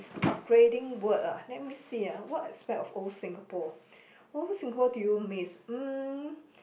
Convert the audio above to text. upgrading word ah let me see ah what aspect of old Singapore old Singapore do you miss mm